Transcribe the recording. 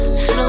Slow